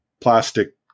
plastic